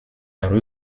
rue